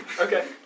Okay